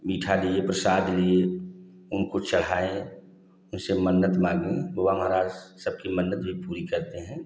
मीठा लिए प्रसाद लिए उनको चढ़ाए उनसे मन्नत माँगी दुआ महाराज सबकी मन्नत भी पूरी करते हैं